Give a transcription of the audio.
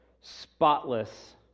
spotless